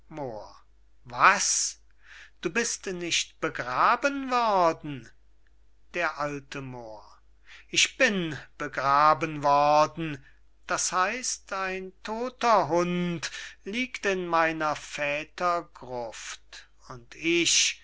was du bist nicht begraben worden d a moor ich bin begraben worden das heißt ein todter hund liegt in meiner väter gruft und ich